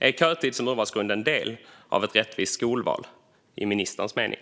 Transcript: Är kötid som urvalsgrund en del av ett rättvist skolval enligt ministerns mening?